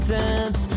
dance